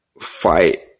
fight